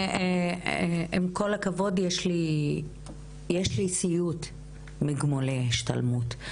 אני עם כל הכבוד יש לי סיוט מגמולי השתלמות.